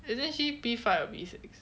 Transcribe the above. isn't she P five or P six